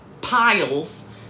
piles